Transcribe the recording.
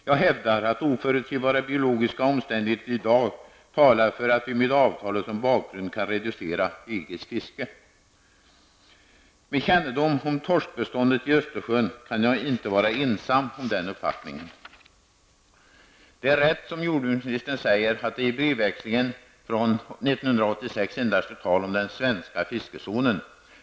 Jag hävdar att oförutsebara biologiska omständigheter i dag talar för att vi mot bakgrund av avtalet kan reducera Östersjön kan jag inte vara ensam om denna uppfattning. Det är rätt som jordbruksministern säger, att det i brevväxlingen från 1986 endast är tal om den svenska fiskezonen.